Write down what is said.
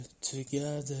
together